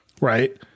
Right